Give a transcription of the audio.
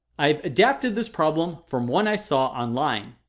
i've adapted this problem from one i saw online.